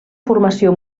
formació